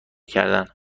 کردن